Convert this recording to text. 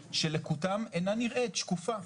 במי שלקותם אינה נראית, שקופה.